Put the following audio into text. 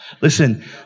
Listen